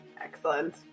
Excellent